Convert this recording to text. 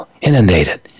inundated